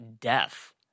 death